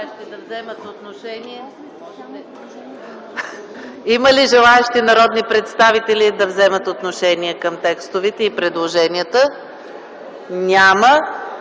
Има ли желаещи народни представители да вземат отношение към текстовете и предложенията? Няма.